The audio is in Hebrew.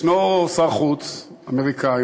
ישנו שר חוץ אמריקני,